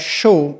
show